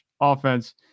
offense